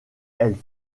elle